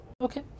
Okay